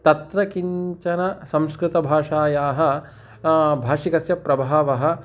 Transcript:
तत्र किञ्चन संस्कृतभाषायाः भाषिकस्य प्रभावः